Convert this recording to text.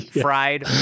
Fried